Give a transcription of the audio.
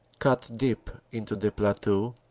cut deep into the plateau.